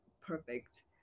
perfect